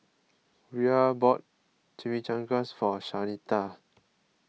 Rhea bought Chimichangas for Shanita